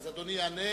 אז אדוני יענה.